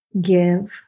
give